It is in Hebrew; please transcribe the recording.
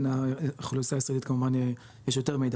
על האוכלוסייה הישראלית יש יותר מידע